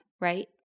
right